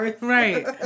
Right